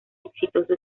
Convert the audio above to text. exitoso